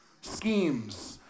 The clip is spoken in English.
schemes